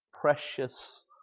precious